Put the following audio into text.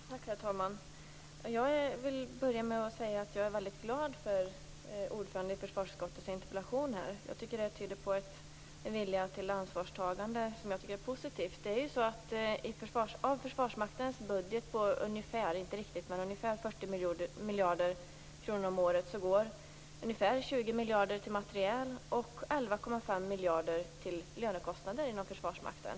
Herr talman! Jag vill börja med att säga att jag är väldigt glad över utskottets ordförandes interpellation. Den tyder på en vilja till ansvarstagande, som jag tycker är positiv. Av Försvarsmaktens budget på ungefär 40 miljarder kronor om året går ungefär 20 miljarder till materiel och 11,5 miljarder till lönekostnader inom Försvarsmakten.